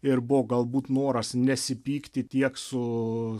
ir buvo galbūt noras nesipykti tiek su